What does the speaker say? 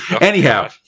Anyhow